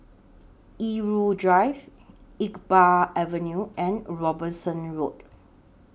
Irau Drive Iqbal Avenue and Robinson Road